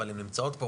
אבל הן נמצאות פה,